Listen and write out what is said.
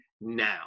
now